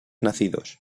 nacidos